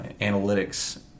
analytics